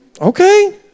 Okay